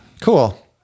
Cool